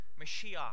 Mashiach